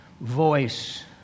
voice